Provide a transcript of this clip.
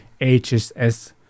HSS